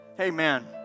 Amen